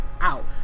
out